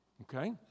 Okay